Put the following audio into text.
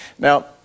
Now